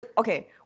Okay